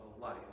life